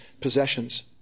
possessions